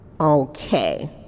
okay